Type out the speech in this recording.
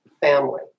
family